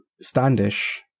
Standish